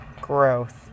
growth